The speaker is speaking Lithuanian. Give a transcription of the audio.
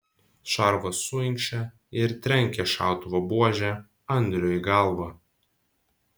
šarvas suinkščia ir trenkia šautuvo buože andriui į galvą